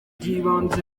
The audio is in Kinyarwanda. bw’ibanze